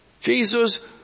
Jesus